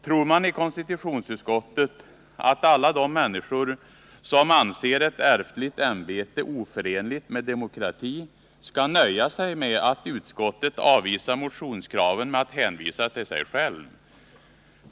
Tror man i konstitutionsutskottet att alla de människor som anser ett ärftligt ämbete vara oförenligt med demokrati skall nöja sig med att utskottet avvisar Nr 51 motionskraven med att hänvisa till sig självt?